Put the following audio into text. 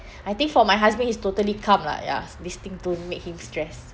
I think for my husband he's totally calm lah yas this thing don't make him stress